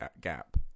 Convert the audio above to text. gap